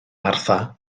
martha